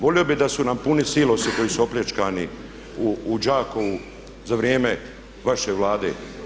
Volio bih da su nam puni silosi koji su opljačkani u Đakovu za vrijeme vaše Vlade.